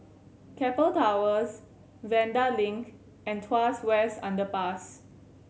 Keppel Towers Vanda Link and Tuas West Underpass